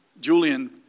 Julian